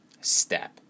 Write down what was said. step